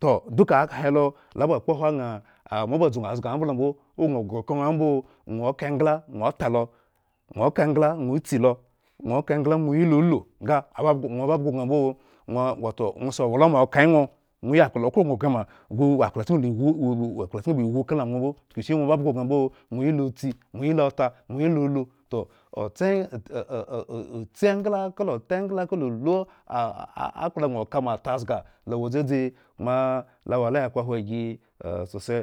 toh duka eka helo lo ba kpohwo agŋa, moba dzuŋha zga ambla mbo, ogŋo hhre okhro ŋha mbo ŋwo ka engla, ŋwo tsi loŋwo ka engla ŋwo oyilo lu, nga abab eŋwo, ŋwoyi ka okhro la gŋoghre ma gu owo akplachken ba iwu wu gu owo akplachken ba iwu kala ŋwo mbo chukushi ŋwo babhgo gŋo ambo ŋwo oyi lo ulu toh ohtse tsi engla kata ota engla kala ulu akpla gŋo ka moata zga lo wo dzadzi koma lo wo ala ya kpohwo gi ah sose